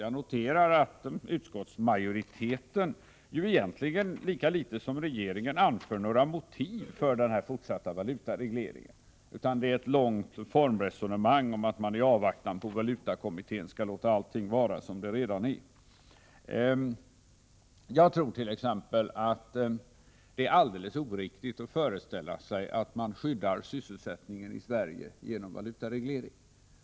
Jag noterar att utskottsmajoriteten inte, lika litet som regeringen, anför några egentliga motiv för den fortsatta valutaregleringen. Man för i stället ett långt formresonemang om att man i avvaktan på valutakommitténs betänkande skall låta allting vara som det är. Jag tror t.ex. att det är alldeles oriktigt att föreställa sig att man skyddar sysselsättningen i Sverige genom valutareglering.